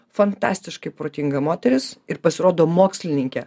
fantastiškai protinga moteris ir pasirodo mokslininkė